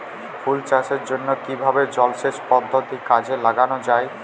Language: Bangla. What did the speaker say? ফুল চাষের জন্য কিভাবে জলাসেচ পদ্ধতি কাজে লাগানো যাই?